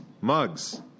mugs